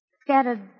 scattered